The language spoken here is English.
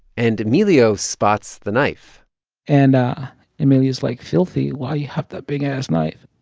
and emilio spots the knife and emilio's like, filthy, why you have that big-ass knife?